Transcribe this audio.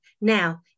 Now